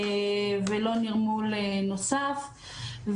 ולא נרמול נוסף.